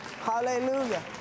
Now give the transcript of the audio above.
Hallelujah